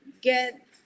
get